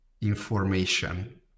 information